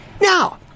Now